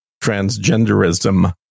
transgenderism